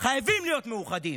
חייבים להיות מאוחדים,